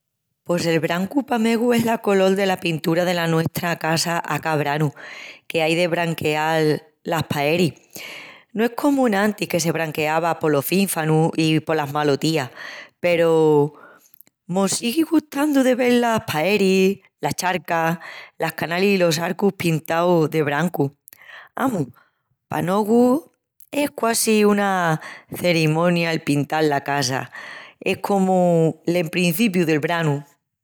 Pos el brancu pa megu es la colol dela pintura dela nuestra casa a ca branu, que ai de branqueal las paeris. No es comu enantis que se branqueava polos fínfanus i polas malotías peru mos sigui gustandu de vel las paeris, las charcas, las canalis i los arcus pintaus de brancu. Amus, pa nogu es quasi qu'una cerimonia el pintal la casa: es comu l'emprencipiu del branu.